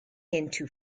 into